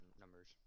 numbers